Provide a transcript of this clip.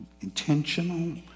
intentional